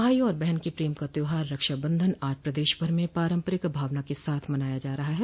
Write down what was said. भाई और बहन के प्रेम का त्यौहार रक्षाबंधन आज प्रदेश भर में परंपरिक भावना के साथ मनाया जा रहा है